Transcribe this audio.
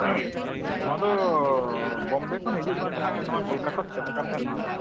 ᱱᱚᱣᱟ ᱫᱚᱻ ᱵᱚᱢᱵᱮ ᱠᱷᱚᱱ ᱦᱤᱡᱩᱜ ᱠᱟᱱ ᱛᱟᱦᱮᱫ ᱱᱚᱣᱟ ᱠᱳᱞᱠᱟᱛᱟᱛᱮ ᱪᱟᱞᱟᱜ ᱠᱟᱱ ᱛᱟᱦᱮᱸ ᱱᱚᱣᱟ ᱫᱚ